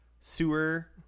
sewer